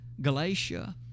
galatia